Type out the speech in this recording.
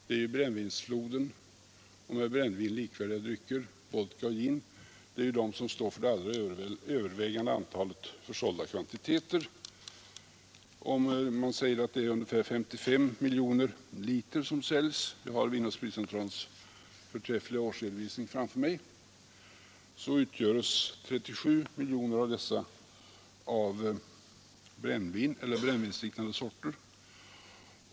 Det är ju floden av brännvin och med brännvin likvärdiga drycker — vodka och gin — som står för den övervägande kvantiteten försålda varor. Om det är ungefär 55 miljoner liter som säljs — jag har Vinoch spritcentralens förträffliga årsredovisning framför mig — så utgörs 37 miljoner av dessa av brännvin eller brännvinsliknande sorter.